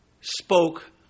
spoke